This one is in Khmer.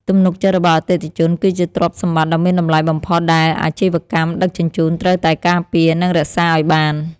ទំនុកចិត្តរបស់អតិថិជន គឺជាទ្រព្យសម្បត្តិដ៏មានតម្លៃបំផុតដែលអាជីវកម្មដឹកជញ្ជូនត្រូវតែការពារ និងរក្សាឱ្យបាន។